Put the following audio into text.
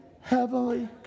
heavenly